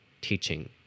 teaching